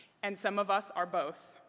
and some of us are both.